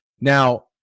Now